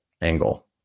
angle